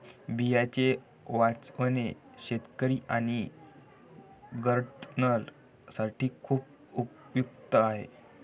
बियांचे वाचवणे शेतकरी आणि गार्डनर्स साठी खूप उपयुक्त आहे